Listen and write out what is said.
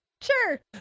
Sure